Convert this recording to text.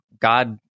God